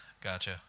Gotcha